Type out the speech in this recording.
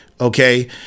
Okay